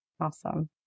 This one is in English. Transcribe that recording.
Awesome